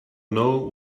know